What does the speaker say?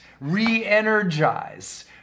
re-energize